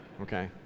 okay